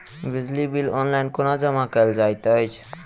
बिजली bill online कोना जमा कएल जाइत अछि?